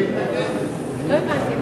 אילטוב, שבוועדה עצמה אנחנו